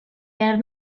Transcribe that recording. behar